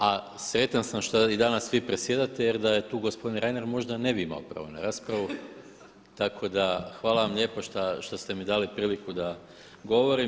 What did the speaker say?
A sretan sam što i danas vi predsjedate jer da je tu gospodin Reiner možda ne bih imao pravo na raspravu tako da hvala vam lijepo što ste mi dali priliku da govorim.